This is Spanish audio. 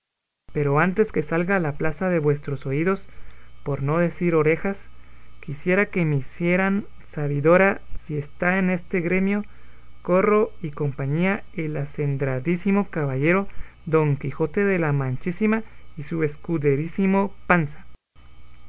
pero antes que salga a la plaza de vuestros oídos por no decir orejas quisiera que me hicieran sabidora si está en este gremio corro y compañía el acendradísimo caballero don quijote de la manchísima y su escuderísimo panza